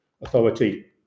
authority